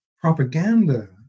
propaganda